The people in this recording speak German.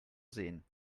sehen